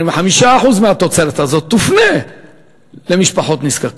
25% מהתוצרת הזאת יופנו למשפחות נזקקות.